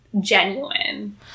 genuine